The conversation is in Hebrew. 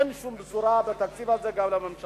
אין שום בשורה בתקציב הזה גם לממשלה,